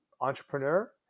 entrepreneur